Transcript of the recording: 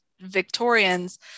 Victorians